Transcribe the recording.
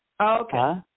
Okay